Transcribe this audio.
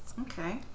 Okay